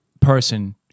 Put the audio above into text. person